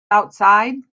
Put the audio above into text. outside